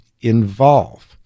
involve